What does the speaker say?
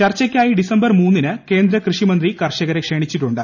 ചർച്ചയ്ക്കായി ഡിസംബർ മൂന്നിന് കേന്ദ്ര കൃഷിമന്ത്രി കർഷരെ ക്ഷണിച്ചിട്ടുണ്ട്